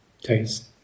Taste